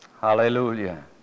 hallelujah